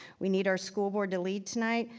we need our school board to lead tonight,